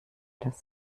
das